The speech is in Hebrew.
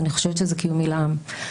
אני חושבת שזה קיומי לעם.